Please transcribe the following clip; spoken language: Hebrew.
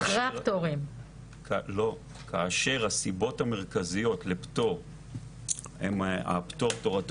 כאשר הסיבות המרכזיות לפטור הן "תורתו